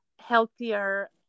healthier